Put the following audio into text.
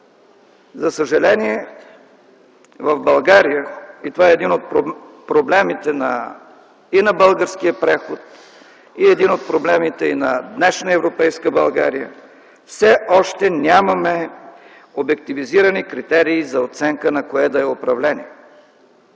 За съжаление в България това е един от проблемите и на българския преход, и един от проблемите на днешна европейска България: все още нямаме обективизирани критерии за оценка на кое да е управление.